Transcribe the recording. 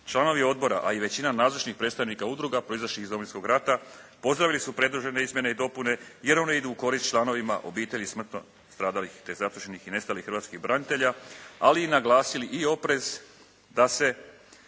Članovi Odbora, a i većina nazočnih predstavnika udruga proizašlih iz Domovinskog rata pozdravili su predložene izmjene i dopune jer one idu u korist članovima obiteljima smrtno stradalih te zatočenih i nestalih hrvatskih branitelja, ali i naglasili i oprez da se